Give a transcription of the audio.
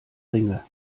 ringe